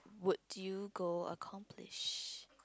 work do you go accomplish